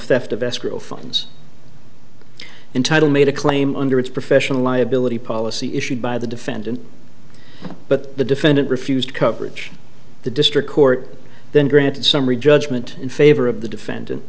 in title made a claim under its professional liability policy issued by the defendant but the defendant refused coverage the district court then granted summary judgment in favor of the defendant